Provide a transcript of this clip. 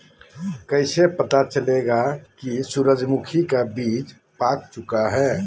कैसे पता चलेगा की सूरजमुखी का बिज पाक चूका है?